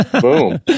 Boom